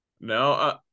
No